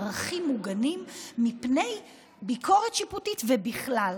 ערכים מוגנים מפני ביקורת שיפוטית ובכלל.